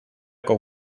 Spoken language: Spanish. con